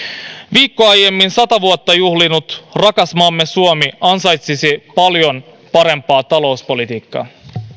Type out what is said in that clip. viikkoa aiemmin sataa vuotta juhlinut rakas maamme suomi ansaitsisi paljon parempaa talouspolitiikkaa